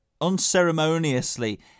unceremoniously